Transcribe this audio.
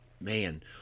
Man